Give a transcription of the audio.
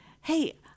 hey